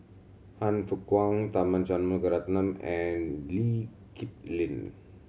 Han Fook Kwang Tharman Shanmugaratnam and Lee Kip Lin